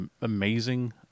amazing